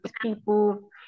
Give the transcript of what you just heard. people